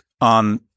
on